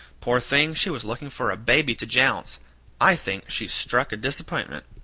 poor thing, she was looking for a baby to jounce i think she's struck a disapp'intment.